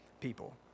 people